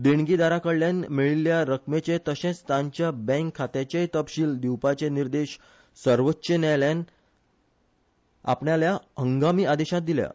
देणगीदारां कडल्यान मेळिल्ले रकमेचें तशेंच तांच्या बँक खात्यांचेय तपशील दिवपाचे निर्देश सर्वोच्च न्यायालयान आपणायल्या हंगामी आदेशांत दिल्यात